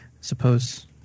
suppose